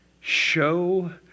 Show